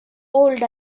old